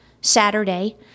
Saturday